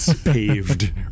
paved